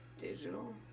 digital